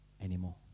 anymore